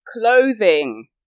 clothing